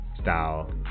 style